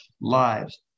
lives